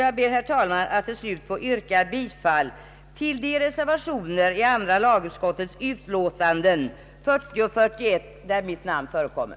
Jag tycker att det är alldeles självklart att reservanterna nu skall ha ordet.